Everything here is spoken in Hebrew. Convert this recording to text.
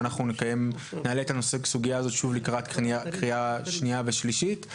ואנחנו נעלה את הנושא בסוגיה הזאת שוב לקראת קריאה שנייה ושלישית.